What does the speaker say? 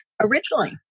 originally